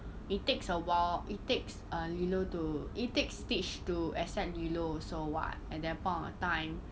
it takes awhile it takes err lilo to it takes stitch to accept lilo also [what] at that point of time